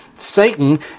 Satan